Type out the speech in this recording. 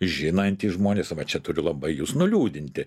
žinantys žmonės va čia turi labai jus nuliūdinti